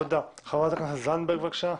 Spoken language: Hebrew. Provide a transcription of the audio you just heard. תודה, חברת הכנסת זנדברג בבקשה.